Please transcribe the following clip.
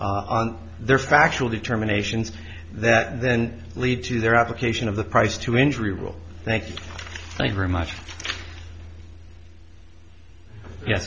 on their factual determinations that then lead to their application of the price to injury rule thank you very much ye